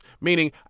meaning